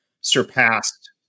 surpassed